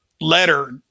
letter